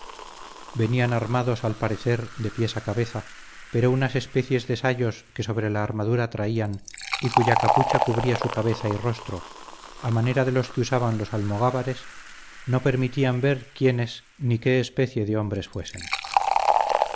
venían armados al parecer de pies a cabeza pero unas especies de sayos que sobre la armadura traían y cuya capucha cubría su cabeza y rostro a manera de los que usaban los almogávares no permitían ver quiénes ni qué especie de hombres fuesen